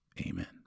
amen